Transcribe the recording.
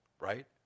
Right